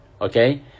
okay